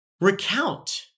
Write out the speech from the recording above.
recount